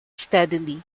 steadily